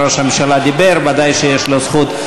ראש הממשלה דיבר, ודאי שיש לו זכות.